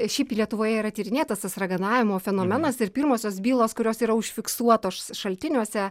šiaip lietuvoje yra tyrinėtas tas raganavimo fenomenas ir pirmosios bylos kurios yra užfiksuotos šaltiniuose